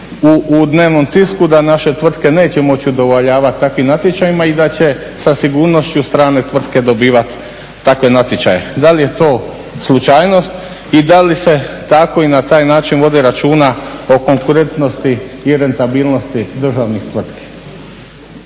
u dnevnom tisku da naše tvrtke neće moći udovoljavati takvim natječajima i da će sa sigurnošću strane tvrtke dobivati takve natječaje. Da li je to slučajnost i da li se tako i na taj način vodi računa o konkurentnosti i rentabilnosti državnih tvrtki?